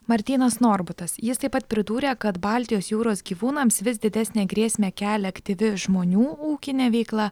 martynas norbutas jis taip pat pridūrė kad baltijos jūros gyvūnams vis didesnę grėsmę kelia aktyvi žmonių ūkinė veikla